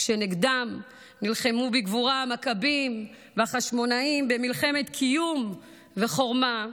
כשנגדם נלחמו בגבורה המכבים והחשמונאים במלחמת קיום וחורמה,